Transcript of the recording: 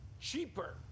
cheaper